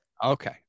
Okay